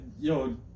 Yo